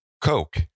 Coke